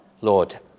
Lord